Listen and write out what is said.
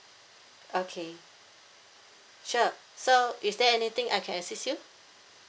okay sure so is there anything I can assist you